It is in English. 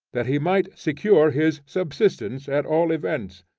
that he might secure his subsistence at all events,